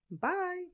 Bye